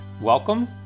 Welcome